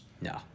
No